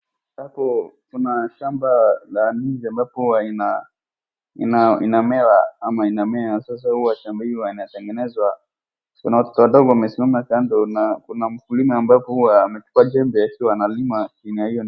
Hapa kuna shamba ya ndizi ambapo ina inamewa ama inamea, sasa huwa shamba hilo linatengenezwa, kuna watoto wadogo wamesimama kando na kuna mkulima ambako amechukua jembe, analima inayoonekana.